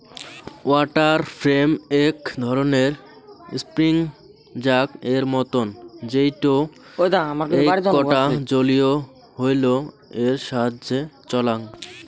water frame এক ধরণের spinning জাক এর মতন যেইটো এইকটা জলীয় হুইল এর সাহায্যে চলাং